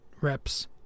reps